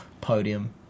podium